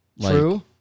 True